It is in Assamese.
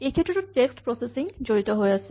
এইক্ষেত্ৰতো টেক্স্ট প্ৰছেচিং জড়িত হৈ আছে